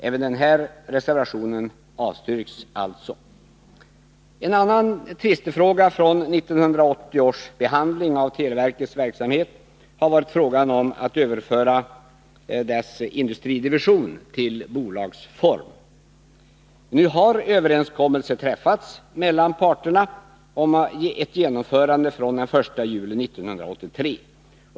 Även denna reservation avstyrks alltså. En annan tvistefråga från 1980 års behandling av televerkets verksamhet har varit frågan om att överföra dess industridivision till bolagsform. Nu har överenskommelse träffats mellan parterna om ett genomförande från den 1 juli 1983.